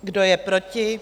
Kdo je proti?